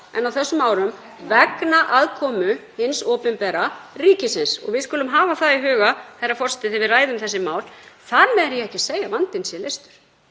en á þessum árum vegna aðkomu hins opinbera, ríkisins. Við skulum hafa það í huga, herra forseti, þegar við ræðum þessi mál — þar með er ég ekki að segja að vandinn sé leystur